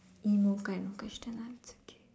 emo kind of question lah it's okay